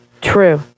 True